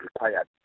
required